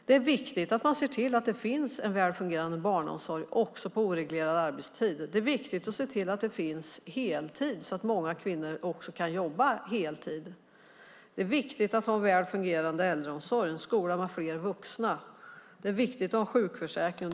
Det är viktigt att man ser till att det finns en väl fungerande barnomsorg också på oreglerad arbetstid. Det är viktigt att se till att det finns heltid så att många kvinnor också kan jobba heltid. Det är viktigt att ha väl fungerande äldreomsorg och en skola med fler vuxna. Det är viktigt att ha sjukförsäkring.